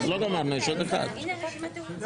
לא גמרנו, יש עוד אחד.